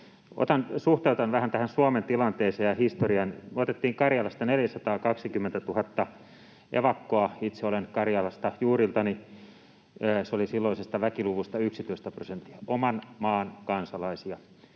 Suhteutan vähän tähän Suomen tilanteeseen ja historiaan. Me otettiin Karjalasta 420 000 evakkoa. Itse olen Karjalasta juuriltani. Se oli silloisesta väkiluvusta 11 prosenttia, oman maan kansalaisia.